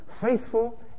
faithful